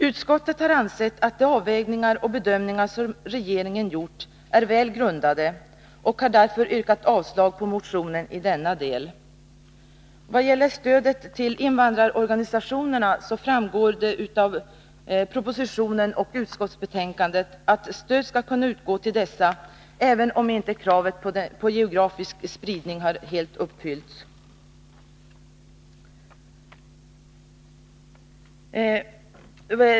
Utskottet har ansett att de avvägningar och bedömningar som regeringen gjort är väl grundade och har därför yrkat avslag på motionen i denna del. I vad gäller stödet till invandrarorganisationerna framgår det av propositionen och utskottsbetänkandet att stöd skall kunna utgå till dessa, även om inte kravet på geografisk spridning har helt uppfyllts.